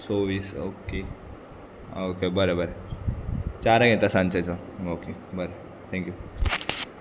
सव्वीस okay okay बरें बरें चारांक येता सांजेचो ओके बरें थँक्यू